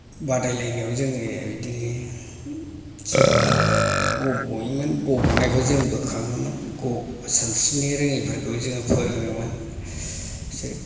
बादायलायनायाव जोङो बिदिनो सोरबा गब'योमोन गब'नायखौ जों बोखाङोमोन सानस्रिनो रोङैफोरखौ जोङो फोरोङोमोन सोर